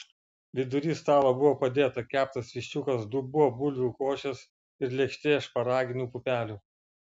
vidury stalo buvo padėta keptas viščiukas dubuo bulvių košės ir lėkštė šparaginių pupelių